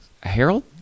Harold